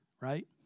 right